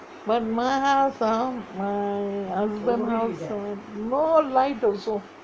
but my house ah my husband no light also